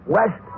West